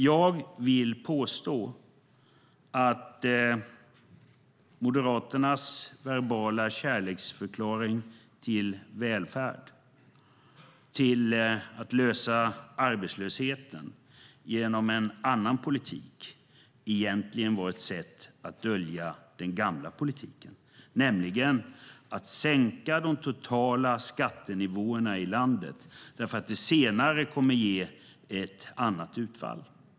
Jag vill påstå att Moderaternas verbala kärleksförklaring till välfärd, till att lösa arbetslösheten genom en annan politik, egentligen var ett sätt att dölja den gamla politiken, nämligen att sänka de totala skattenivåerna i landet eftersom det senare kommer att ge ett annat utfall.